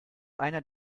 einer